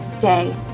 day